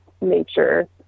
nature